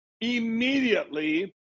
immediately